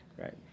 Right